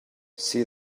see